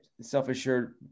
self-assured